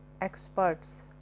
experts